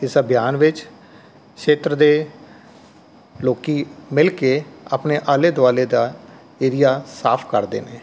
ਇਸ ਅਭਿਆਨ ਵਿੱਚ ਖੇਤਰ ਦੇ ਲੋਕ ਮਿਲ ਕੇ ਆਪਣੇ ਆਲੇ ਦੁਆਲੇ ਦਾ ਏਰੀਆ ਸਾਫ਼ ਕਰਦੇ ਨੇ